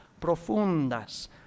profundas